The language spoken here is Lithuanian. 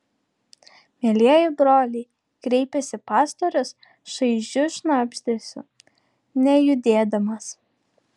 mielieji broliai kreipėsi pastorius šaižiu šnabždesiu nejudėdamas